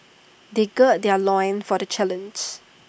they gird their loins for the challenge